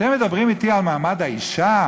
אתם מדברים אתי על מעמד האישה?